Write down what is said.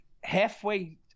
halfway